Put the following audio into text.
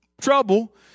trouble